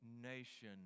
nation